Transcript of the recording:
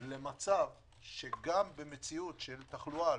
למצב שגם במציאות של תחלואה,